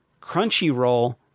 Crunchyroll